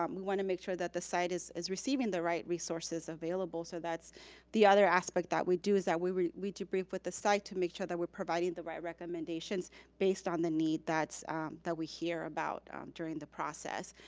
um we wanna make sure that the site is is receiving the right resources available so that's the other aspect that we do is that we we debrief with the site to make sure that we're providing the right recommendations based on the need that we hear about during the process.